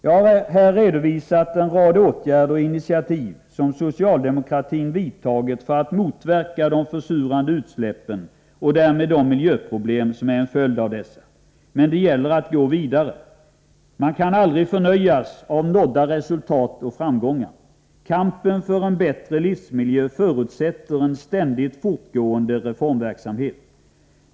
Jag har här redovisat en rad åtgärder och initiativ som socialdemokratin genomfört för att motverka de försurande utsläppen och därmed de miljöproblem som är en följd av dessa. Men det gäller att gå vidare. Vi får aldrig nöja oss med nådda resultat och framgångar. Kampen för en bättre livsmiljö förutsätter en ständigt fortgående reformverksamhet.